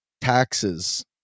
taxes